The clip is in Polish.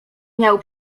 miał